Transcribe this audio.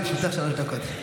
לרשותך שלוש דקות.